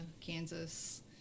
Kansas